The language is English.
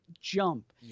jump